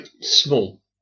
small